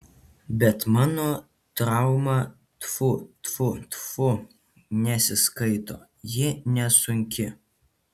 bet mano trauma tfu tfu tfu nesiskaito ji nesunki